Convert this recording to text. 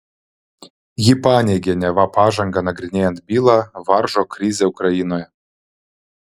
ji paneigė neva pažangą nagrinėjant bylą varžo krizė ukrainoje